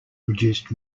produced